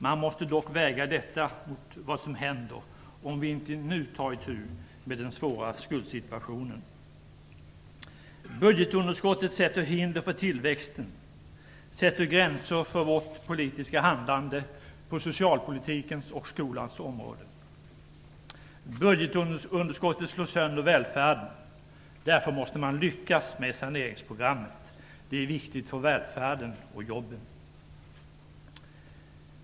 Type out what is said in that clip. Man måste dock väga detta mot vad som händer om vi inte tar itu med den svåra skuldsituationen nu. Budgetunderskottet sätter hinder för tillväxten, sätter gränser för vårt politiska handlande på socialpolitikens och skolans område. Budgetunderskottet slår sönder välfärden. Därför måste man lyckas med saneringsprogrammet. Det är viktigt för välfärden och jobben.